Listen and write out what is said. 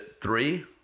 three